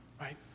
Right